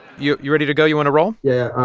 you you ready to go? you want to roll? yeah.